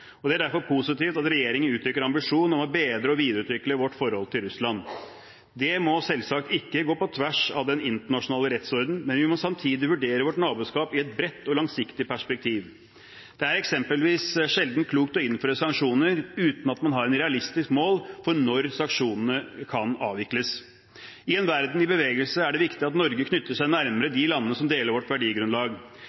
årene. Det er derfor positivt at regjeringen uttrykker en ambisjon om å bedre og videreutvikle vårt forhold til Russland. Det må selvsagt ikke gå på tvers av den internasjonale rettsorden, men vi må samtidig vurdere vårt naboskap i et bredt og langsiktig perspektiv. Det er f.eks. sjelden klokt å innføre sanksjoner uten at man har et realistisk mål for når sanksjonene kan avvikles. I en verden i bevegelse er det viktig at Norge knytter seg nærmere